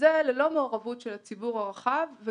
וזה ללא מעורבות של הציבור הרחב או